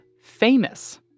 famous